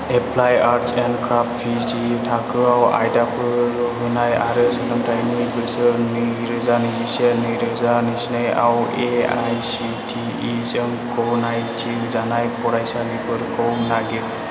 applied arts and क्राफ्टसआव पिजि थाखोआव आयदाफोर होनाय आरो सोलोंथायनि बोसोर नैरोजा नैजिसे नैरोजा नैजिनै आव एआइसिटिइ जों गनायथि होजानाय फरायसालिफोरखौ नागिर